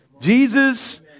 Jesus